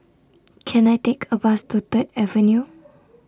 Can I Take A Bus to Third Avenue